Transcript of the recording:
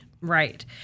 Right